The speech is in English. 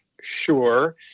Sure